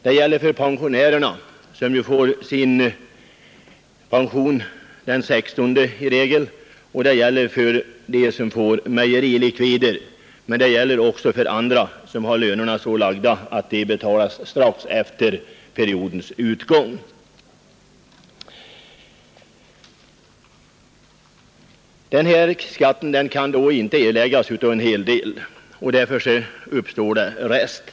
Det gäller för pensionärerna, som i regel får sin pension den 16, och det gäller för dem som får mejerilikvider, men det gäller också för andra som har lönerna så lagda att de betalas strax efter periodens utgång. Skatten kan då inte erläggas av en hel del, och därför uppstår rest.